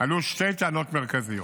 עלו שתי טענות מרכזיות.